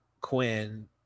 quinn